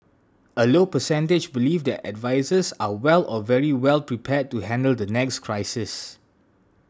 a low percentage believe their advisers are well or very well prepared to handle the next crisis